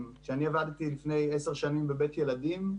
כי אני עבדתי לפני 10 שנים בבית ילדים,